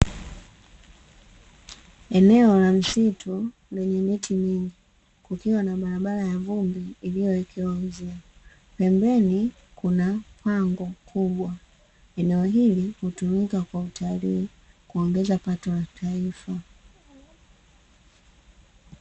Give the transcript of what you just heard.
Eneo la msitu, lenye miti mingi kukiwa na barabara ya vumbi iliyowekewa uzio. Pembeni kuna kuna pango kubwa eneo hili hutumika kwa utalii, kuongeza pato lataifa.